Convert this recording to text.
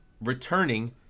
returning